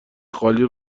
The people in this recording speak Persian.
خالی